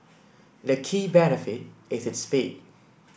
the key benefit is its speed